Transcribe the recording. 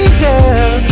girl